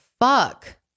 fuck